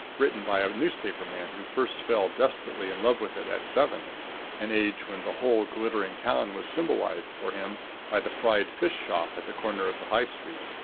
written by a newspaper man who first fell desperately in love with it at seven an age when the whole glittering town was symbolized for him by the fried-fish shop at the corner of the high street.